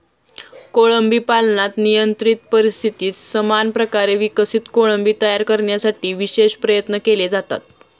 कोळंबी पालनात नियंत्रित परिस्थितीत समान प्रकारे विकसित कोळंबी तयार करण्यासाठी विशेष प्रयत्न केले जातात